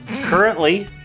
Currently